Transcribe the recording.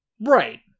Right